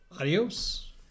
adios